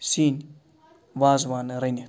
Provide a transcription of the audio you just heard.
سِنۍ وازوانہٕ رٔنِتھ